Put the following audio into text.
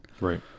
Right